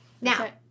Now